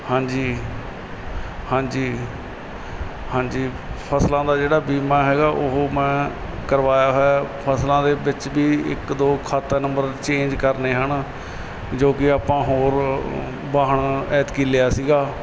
ਹਾਂਜੀ ਹਾਂਜੀ ਹਾਂਜੀ ਫ਼ਸਲਾਂ ਦਾ ਜਿਹੜਾ ਬੀਮਾ ਹੈਗਾ ਉਹ ਮੈਂ ਕਰਵਾਇਆ ਹੋਇਆ ਫ਼ਸਲਾਂ ਦੇ ਵਿੱਚ ਵੀ ਇੱਕ ਦੋ ਖਾਤਾ ਨੰਬਰ ਚੇਂਜ ਕਰਨੇ ਹਨ ਜੋ ਕਿ ਆਪਾਂ ਹੋਰ ਵਾਹਣ ਐਤਕੀਂ ਲਿਆ ਸੀਗਾ